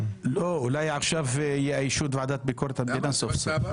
אולי עכשיו יאיישו את ועדת ביקורת המדינה סוף סוף.